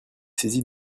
saisi